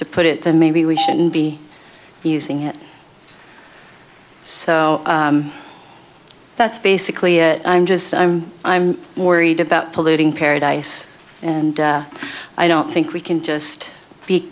to put it then maybe we shouldn't be using it so that's basically it i'm just i'm i'm worried about polluting paradise and i don't think we can just